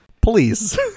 Please